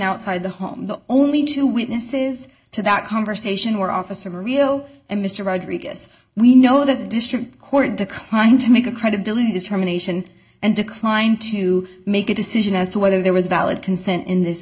outside the home the only two witnesses to that conversation were officer rio and mr rodriguez we know that the district court declined to make a credibility terminations and declined to make a decision as to whether there was valid consent in this